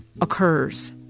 occurs